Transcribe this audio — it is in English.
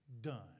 done